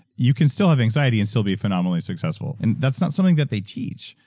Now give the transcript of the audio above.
you can still have anxiety and still be phenomenally successful. and that's not something that they teach,